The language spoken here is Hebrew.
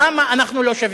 למה אנחנו לא שווים?